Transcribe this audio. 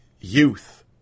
youth